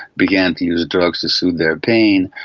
began to use drugs to soothe their pain,